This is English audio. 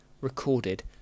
recorded